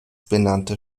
benannte